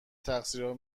تقصیرارو